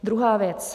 Druhá věc.